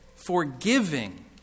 forgiving